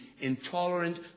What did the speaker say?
intolerant